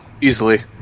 Easily